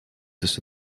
tussen